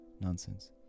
nonsense